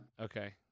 Okay